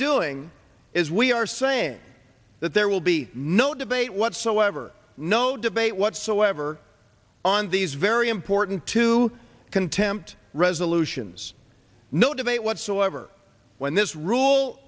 doing is we are saying that there will be no debate whatsoever no debate whatsoever on these very important to contempt resolutions no debate whatsoever when this rule